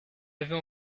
avez